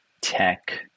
tech